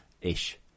Ish